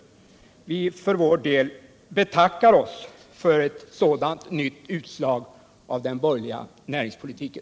Vi för vår del betackar oss för ett sådant nytt utslag av den borgerliga näringspolitiken.